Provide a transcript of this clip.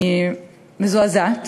אני מזועזעת